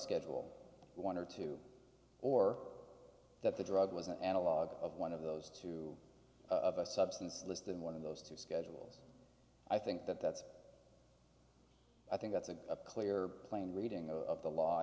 schedule one or two or that the drug was an analog of one of those two of a substance less than one of those two schedules i think that that's i think that's a clear plain reading of the law i